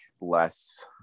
less